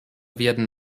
werden